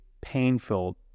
painful